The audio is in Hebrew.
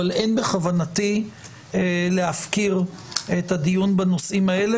אבל אין בכוונתי להפקיר את הדיון בנושאים האלה